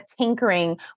tinkering